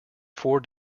four